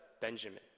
Benjamin